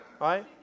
right